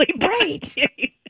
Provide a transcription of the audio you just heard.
Right